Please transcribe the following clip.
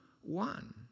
one